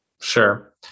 Sure